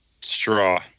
straw